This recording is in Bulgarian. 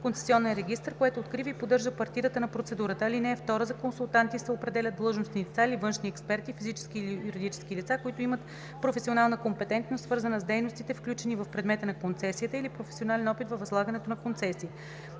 концесионен регистър, което открива и поддържа партидата на процедурата. (2) За консултанти се определят длъжностни лица или външни експерти – физически или юридически лица, които имат професионална компетентност, свързана с дейностите, включени в предмета на концесията, или професионален опит във възлагането на концесии.